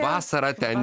vasarą ten